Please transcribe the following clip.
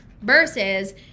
versus